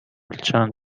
چند